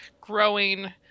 growing